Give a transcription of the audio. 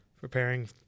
preparing